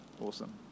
Awesome